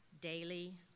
daily